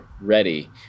ready